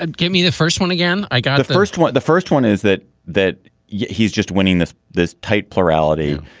and give me the first one again. i got the first one the first one is that that yeah he's just winning this this tight plurality.